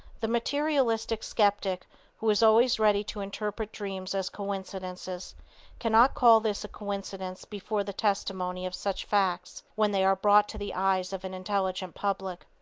the materialistic skeptic who is always ready to interpret dreams as coincidences cannot call this a coincidence before the testimony of such facts when they are brought to the eyes of an intelligent public.